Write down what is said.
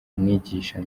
mwigisha